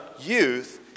Youth